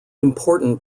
important